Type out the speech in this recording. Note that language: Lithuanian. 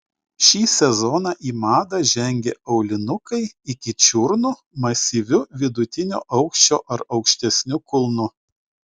šį sezoną į madą žengė aulinukai iki čiurnų masyviu vidutinio aukščio ar aukštesniu kulnu